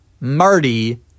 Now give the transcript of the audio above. Marty